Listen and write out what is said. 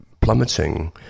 plummeting